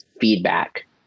feedback